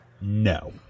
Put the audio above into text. No